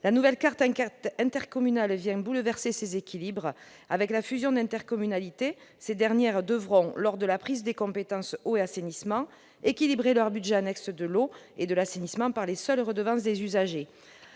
La nouvelle carte intercommunale vient bouleverser ces équilibres. Avec la fusion d'intercommunalités, ces dernières devront, lors de la prise des compétences « eau » et « assainissement », équilibrer leurs budgets annexes de l'eau et de l'assainissement par les seules redevances des usagers.